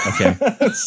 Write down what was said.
Okay